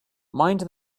mind